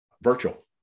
virtual